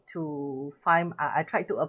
to find I I tried to